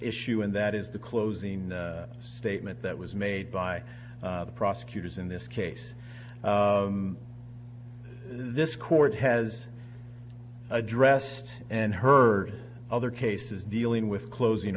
issue and that is the closing statement that was made by the prosecutors in this case this court has addressed and heard other cases dealing with closing